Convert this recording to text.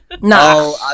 No